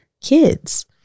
kids